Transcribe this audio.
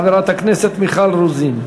חברת הכנסת מיכל רוזין.